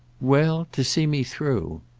well, to see me through.